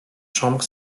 chambre